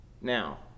now